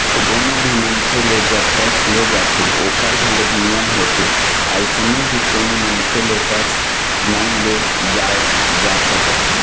कोनो भी मनखे ले जब टेक्स ले जाथे ओखर घलोक नियम होथे अइसने ही कोनो मनखे ले टेक्स नइ ले जाय जा सकय